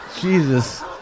Jesus